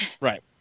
Right